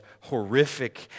horrific